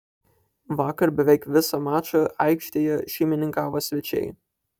vakar beveik visą mačą aikštėje šeimininkavo svečiai